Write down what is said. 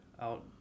out